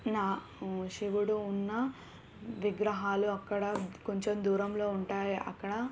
నా శివుడు ఉన్న విగ్రహాలు అక్కడ కొంచెం దూరంలో ఉంటాయి అక్కడ